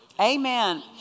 Amen